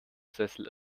sessel